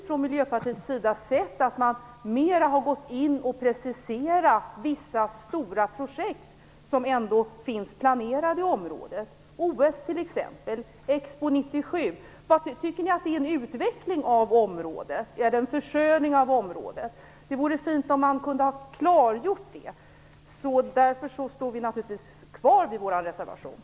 Från Miljöpartiets sida hade vi gärna sett att man gått in och preciserat vissa stora projekt som är planerade i området, t.ex. OS och Expo 97. Innebär dessa projekt en utveckling eller försköning av området? Det hade varit fint om man klargjort det. Därför står vi naturligtvis kvar vid våra reservationer.